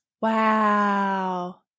Wow